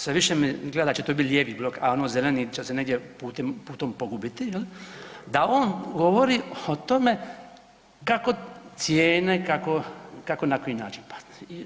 Sve više mi izgleda da će to biti lijevi blok, a ono zeleni će se negdje putem pogubiti, da on govori o tome kako cijene, kako i na koji način pasti.